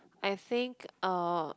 I think uh